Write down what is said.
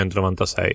1996